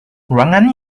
ruangan